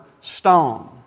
stone